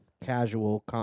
casual